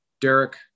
Derek